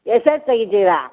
ಎಷ್ಟ್ ಹೊತ್ ತೆಗಿತೀರಾ